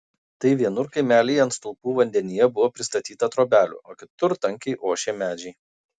tad vienur kaimelyje ant stulpų vandenyje buvo pristatyta trobelių o kitur tankiai ošė medžiai